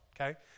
okay